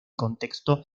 contexto